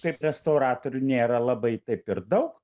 kaip restauratorių nėra labai taip ir daug